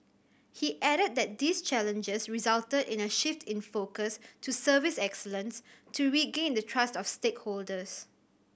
he added that these challenges resulted in a shift in focus to service excellence to regain the trust of stakeholders